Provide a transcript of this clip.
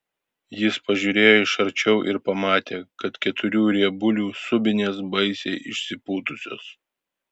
jis pažiūrėjo iš arčiau ir pamatė kad keturių riebuilių subinės baisiai išsipūtusios